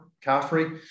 caffrey